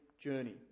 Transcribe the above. journey